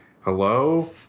Hello